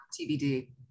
TBD